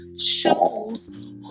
shows